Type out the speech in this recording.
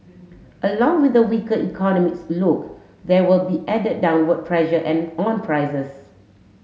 along with the weaker economics look there will be added downward pressure and on prices